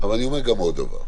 אבל אני אומר עוד דבר,